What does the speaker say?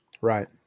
Right